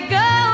go